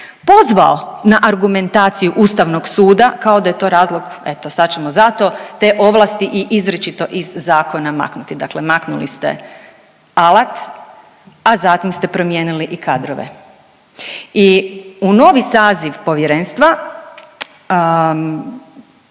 pozvao na argumentaciju Ustavnog suda kao da je to razlog eto sad ćemo zato te ovlasti i izričito iz zakona maknuti, dakle maknuli ste alat, a zatim ste promijenili i kadrove i u novi saziv Povjerenstva